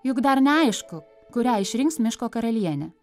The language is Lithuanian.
juk dar neaišku kurią išrinks miško karaliene